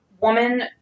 woman